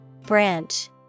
Branch